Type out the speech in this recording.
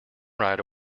ride